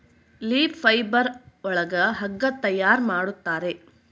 leaf fibre ಒಳಗ ಹಗ್ಗ ತಯಾರ್ ಮಾಡುತ್ತಾರೆ